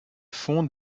fond